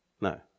No